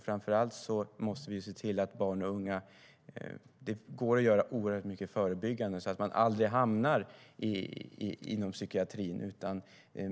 Framför allt går det att göra mycket förebyggande, så att barn och unga inte hamnar inom psykiatrin.